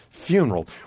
Funeral